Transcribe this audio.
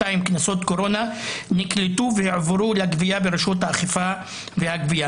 קורונה נקלטו והועברו לגבייה ברשות האכיפה והגבייה.